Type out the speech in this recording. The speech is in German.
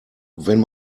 wenn